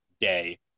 day